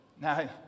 Now